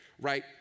right